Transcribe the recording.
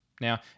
Now